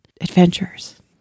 adventures